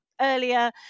earlier